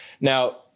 Now